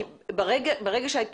ברגע שהיו